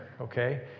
okay